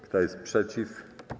Kto jest przeciw?